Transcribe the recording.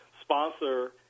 sponsor